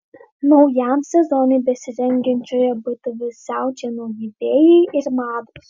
naujam sezonui besirengiančioje btv siaučia nauji vėjai ir mados